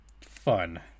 fun